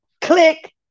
click